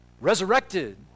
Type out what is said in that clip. Resurrected